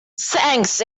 thanks